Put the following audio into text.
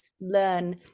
learn